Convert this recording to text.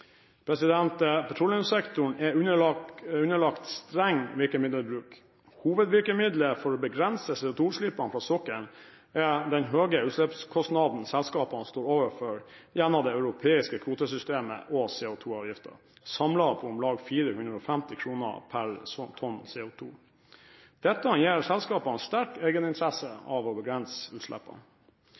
Petroleumssektoren er underlagt streng virkemiddelbruk. Hovedvirkemidlet for å begrense CO2-utslippene fra sokkelen er den høye utslippskostnaden selskapene står overfor gjennom det europeiske kvotesystemet og CO2-avgiften, samlet på om lag 450 kr per tonn CO2. Dette gir selskapene sterk egeninteresse av å begrense